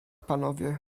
panowie